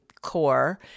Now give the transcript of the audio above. core